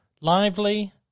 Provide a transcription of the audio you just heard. lively